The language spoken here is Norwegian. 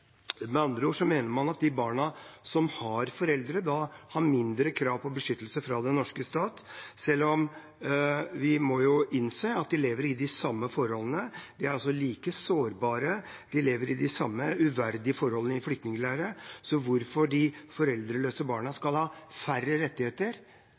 Med andre ord mener man at de barna som har foreldre, har mindre krav på beskyttelse fra den norske stat, selv om vi jo må innse at de lever under de samme forholdene. De er like sårbare, de lever under de samme uverdige forholdene i flyktningleirer. Hvorfor de foreldreløse barna